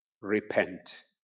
repent